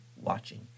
watching